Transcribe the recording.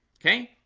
okay,